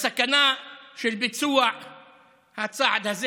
בסכנה של ביצוע הצעד הזה.